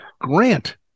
Grant